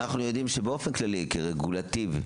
אנחנו יודעים שבאופן כללי, כרגולטיב,